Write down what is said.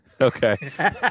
Okay